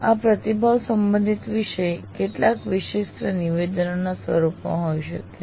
આ પ્રતિભાવ સંબંધિત વિષય માટે કેટલાક વિશિષ્ટ નિવેદનોના સ્વરૂપમાં હોઈ શકે છે